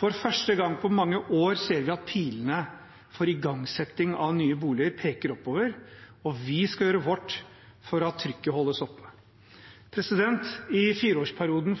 For første gang på mange år ser vi at pilene for igangsetting av nye boliger peker oppover, og vi skal gjøre vårt for at trykket holdes oppe. I åtteårsperioden 2012–2020,